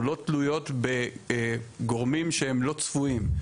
או לא תלויות בגורמים שהם לא צפויים.